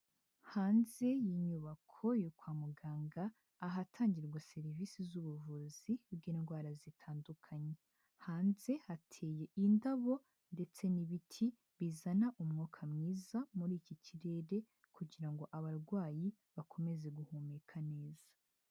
Hanze y'inyubako yo kwa muganga, ahatangirwa serivisi z'ubuvuzi bw'indwara zitandukanye, hanze hateye indabo ndetse n'ibiti bizana umwuka mwiza muri iki kirere kugira ngo abarwayi bakomeze guhumeka neza.